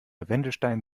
wendelstein